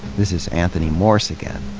this is anthony morse again.